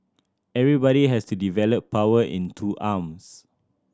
everybody has to develop power in two arms